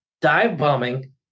dive-bombing